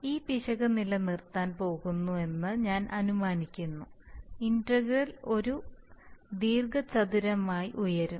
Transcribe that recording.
ഈ പിശക് നിലനിർത്താൻ പോകുന്നുവെന്ന് ഞാൻ അനുമാനിക്കുന്നു ഇന്റഗ്രൽ ഒരു ദീർഘചതുരമായി ഉയരും